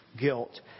Guilt